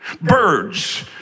Birds